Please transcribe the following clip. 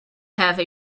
have